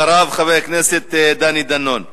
אחריו, חבר הכנסת דני דנון.